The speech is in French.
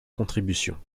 contribution